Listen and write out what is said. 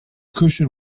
cushion